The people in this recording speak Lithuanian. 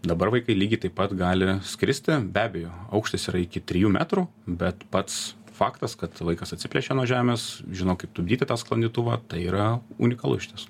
dabar vaikai lygiai taip pat gali skristi be abejo aukštis yra iki trijų metrų bet pats faktas kad vaikas atsiplėšia nuo žemės žino kaip tūpdyti tą sklandytuvą tai yra unikalu išties